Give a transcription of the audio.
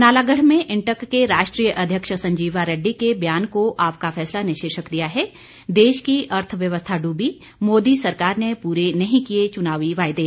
नालागढ़ में इंटक के राष्ट्रीय अध्यक्ष संजीवा रेड्डी के बयान को आपका फैसला ने शीर्षक दिया है देश की अर्थव्यवस्था डूबी मोदी सरकार ने पूरे नहीं किये चुनावी वायदे